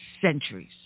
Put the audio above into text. centuries